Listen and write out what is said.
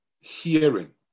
hearing